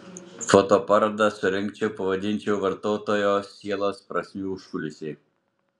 fotoparodą surengčiau pavadinčiau vartotojo sielos prasmių užkulisiai